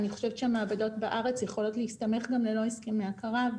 אני חושבת שהמעבדות בארץ יכולות להסתמך גם ללא הסכמי הכרה,